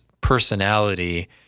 personality